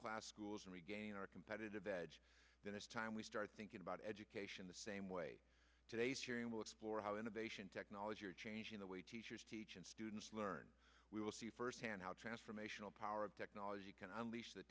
class schools and regain our competitive edge when it's time we start thinking about education the same way today's hearing will explore how innovation technology are changing the way teachers teach and students learn we will see first hand how transformational power of technology can unleash th